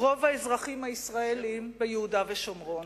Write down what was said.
רוב האזרחים הישראלים ביהודה ושומרון,